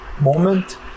moment